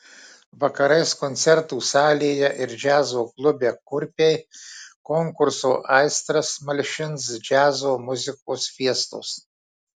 vakarais koncertų salėje ir džiazo klube kurpiai konkurso aistras malšins džiazo muzikos fiestos